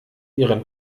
ihren